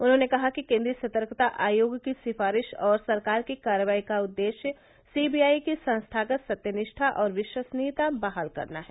उन्होंने कहा कि केन्द्रीय सतर्कता आयोग की सिफारिश और सरकार की कार्रवाई का उद्देश्य सी बी आई की संस्थागत सत्यनिष्ठा और विश्वसनीयता बहाल करना है